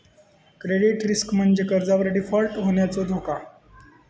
credit risk म्हणजे कर्जावर default होण्याचो धोका